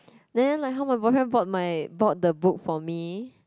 then like how my boyfriend bought my bought the book for me